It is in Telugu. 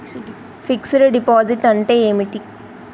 ఫిక్స్ డ్ డిపాజిట్ అంటే ఏమిటి?